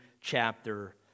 chapter